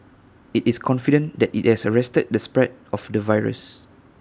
IT is confident that IT has arrested the spread of the virus